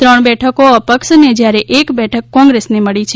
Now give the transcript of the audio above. ત્રણ બેઠકો અપક્ષને જયારે એક બેઠક કોગ્રેસને મળી છે